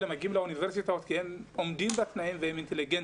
מגיעים לאוניברסיטאות כי הם עומדים בתנאים והם אינטליגנטים.